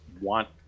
want